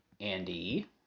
Andy